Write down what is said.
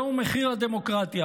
זהו מחיר הדמוקרטיה.